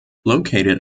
located